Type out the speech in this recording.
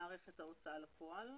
בהליכים אצל מערכת ההוצאה לפועל,